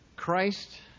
Christ